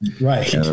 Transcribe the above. Right